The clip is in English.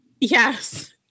Yes